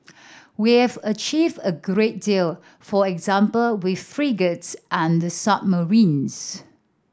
we have achieved a great deal for example with frigates and the submarines